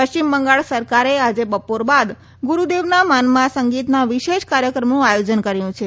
પશ્ચિમ બંગાળ સરકારે આજે બપોર બાદ ગુરુદેવના માનમાં સંગીતના એક વિશેષ કાર્યક્રમનું આયોજન કર્યું છે